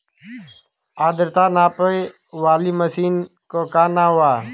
आद्रता नापे वाली मशीन क का नाव बा?